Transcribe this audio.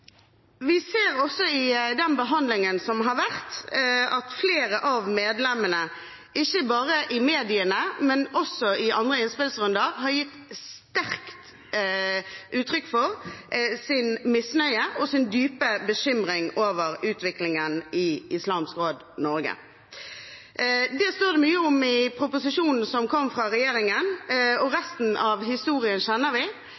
Vi ser også i den behandlingen som har vært, at flere av medlemmene – ikke bare i mediene, men også i andre innspillsrunder – har gitt sterkt uttrykk for sin misnøye og sin dype bekymring over utviklingen i Islamsk Råd Norge. Det står det mye om i proposisjonen som kom fra regjeringen, og resten av historien kjenner vi.